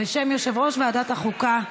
בשם יושב-ראש ועדת החוקה,